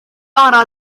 bara